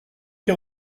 qui